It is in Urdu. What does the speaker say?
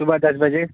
صبح دس بجے